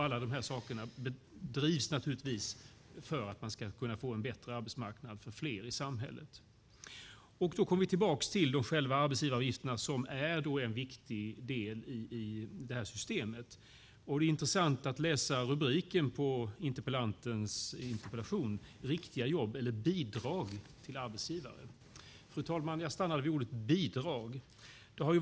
Alla de här sakerna görs för att man ska kunna få en bättre arbetsmarknad för fler i samhället. Jag kommer tillbaka till själva arbetsgivaravgifterna som är en viktig del i systemet. Det är en intressant rubrik på interpellationen "Riktiga jobb eller bidrag till arbetsgivare". Fru talman! Jag stannar vid ordet "bidrag".